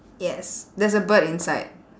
yes there's a bird inside